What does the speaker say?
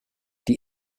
die